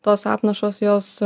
tos apnašos jos